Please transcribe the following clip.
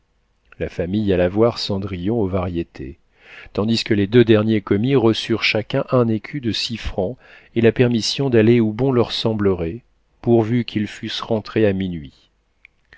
la famille alla voir cendrillon aux variétés tandis que les deux derniers commis reçurent chacun un écu de six francs et la permission d'aller où bon leur semblerait pourvu qu'ils fussent rentrés à minuit